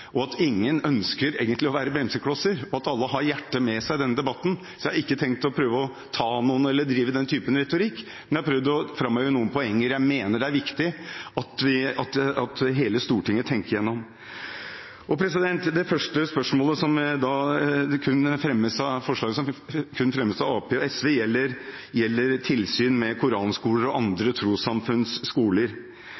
noe, at ingen egentlig ønsker å være bremseklosser, og at alle har hjertet med seg i denne debatten. Så jeg har ikke tenkt å prøve å ta noen eller å drive den typen retorikk, men jeg har prøvd å framheve noen poenger jeg mener det er viktig at hele Stortinget tenker gjennom. Først til et forslag som kun fremmes av Arbeiderpartiet og SV, og som gjelder tilsyn med koranskoler og